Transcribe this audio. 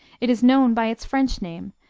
it is known by its french name,